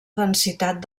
densitat